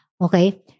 Okay